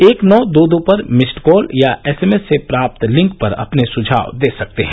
एक नौ दो दो पर मिस्ड कॉल या एसएमएस से प्राप्त लिंक पर अपने सुझाव दे सकते हैं